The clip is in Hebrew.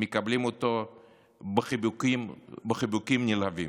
מקבלים אותו בחיבוקים נלהבים.